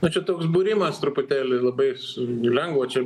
nu čia toks būrimas truputėlį labai su lengva čia